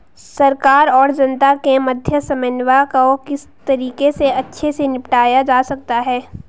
सरकार और जनता के मध्य समन्वय को किस तरीके से अच्छे से निपटाया जा सकता है?